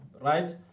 right